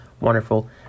wonderful